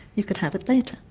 you could have it later.